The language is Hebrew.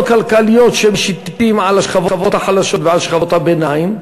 כלכליות שמשיתים על השכבות החלשות ועל שכבות הביניים,